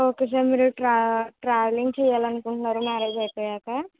okay sir మీరు ట్రావె travelling చెయ్యాలి అనుకుంటున్నారా మ్యారేజ్ అయిపోయాక